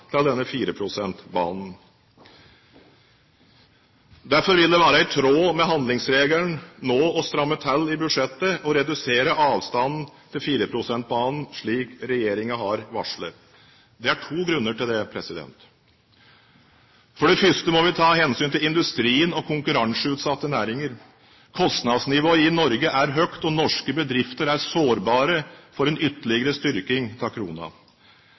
til denne 4-prosentbanen. Derfor vil det være i tråd med handlingsregelen nå å stramme til i budsjettet og redusere avstanden til 4-prosentbanen, slik regjeringen har varslet. Det er to grunner til det. For det første må vi ta hensyn til industrien og konkurranseutsatte næringer. Kostnadsnivået i Norge er høyt, og norske bedrifter er sårbare for en ytterligere styrking av